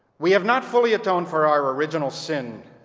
we have not fully atoned for our original sin